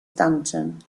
stanton